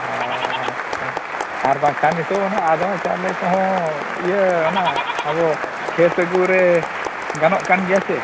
ᱟᱪᱪᱷᱟ ᱟᱨ ᱵᱟᱝᱠᱷᱟᱱ ᱱᱤᱛᱚᱜ ᱫᱚ ᱱᱟᱦᱟᱜ ᱟᱫᱚᱣᱟ ᱪᱟᱣᱞᱮ ᱠᱚᱦᱚᱸ ᱚᱱᱟ ᱤᱭᱟᱹ ᱟᱵᱚ ᱠᱷᱮᱛ ᱟᱹᱜᱩ ᱨᱮ ᱜᱟᱱᱚᱜ ᱠᱟᱱ ᱜᱮᱭᱟ ᱪᱮ